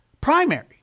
primary